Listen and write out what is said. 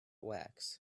wax